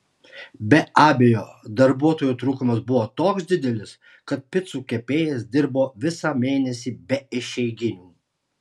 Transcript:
be abejo darbuotojų trūkumas buvo toks didelis kad picų kepėjas dirbo visą mėnesį be išeiginių